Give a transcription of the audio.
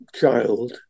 child